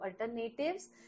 alternatives